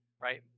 right